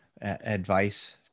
advice